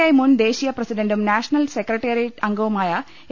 I മുൻ ദേശീയ പ്രസിഡന്റും നാഷണൽ സെക്രട്ട റിയേറ്റ് അംഗവുമായ എ